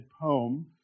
poem